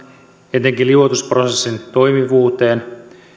etenkin liuotusprosessin toimivuuteen